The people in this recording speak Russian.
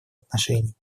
отношений